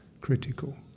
critical